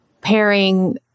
pairing